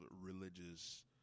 religious